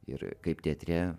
ir kaip teatre